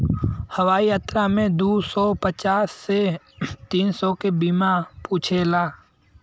हवाई यात्रा में दू सौ पचास से तीन सौ के बीमा पूछेला